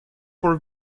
for